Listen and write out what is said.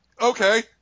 Okay